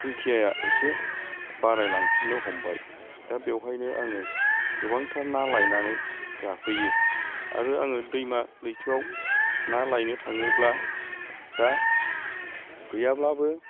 संखियाया एसे बाराय लांफिननो हमबाय दा बेवहायनो आङो गोबांथार ना लायनानै जाफैयो आरो आङो दैमा लैथोआव ना लायनो थाङोब्ला दा गैयाब्लाबो